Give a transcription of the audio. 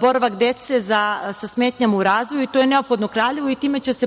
boravak dece sa smetnjama u razvoju. To je neophodno Kraljevu. Time će se poboljšati